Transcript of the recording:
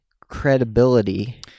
credibility